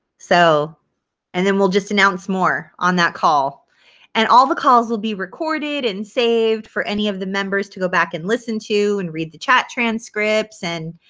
so and then we'll just announce more on that call and all the calls will be recorded and saved for any of the members to go back and listen to and read the chat transcripts and